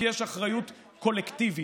כי יש אחריות קולקטיבית.